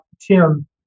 Tim